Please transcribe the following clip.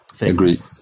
agree